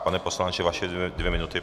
Pane poslanče, vaše dvě minuty.